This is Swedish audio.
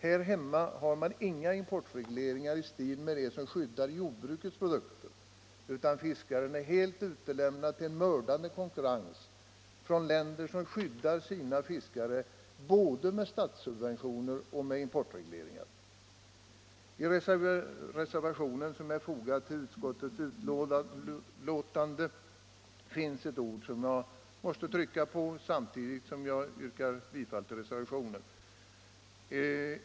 Här hemma har vi inga importregleringar i stil med dem som skyddar jordbrukets produkter, utan fiskaren är helt utlämnad åt en mördande konkurrens från länder som skyddar sina fiskare både med statssubventioner och med importregleringar. I den reservation som är fogad vid utskottets betänkande finns ett ord som jag måste stryka under, samtidigt som jag yrkar bifall till reservationen.